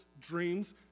dreams